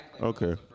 Okay